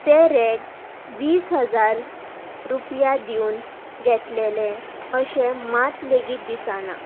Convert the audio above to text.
तें रेग वीस हजार रुपया दिवून घेतलेलें अशें मात लेगीत दिसना